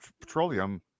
petroleum